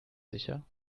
sicher